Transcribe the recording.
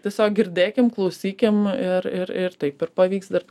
tiesiog girdėkim klausykim ir ir ir taip ir pavyks dirbt